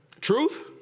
Truth